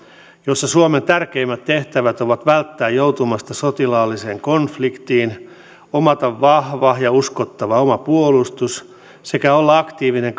jossa suomen tärkeimmät tehtävät ovat välttää joutumasta sotilaalliseen konfliktiin omata vahva ja uskottava oma puolustus sekä olla aktiivinen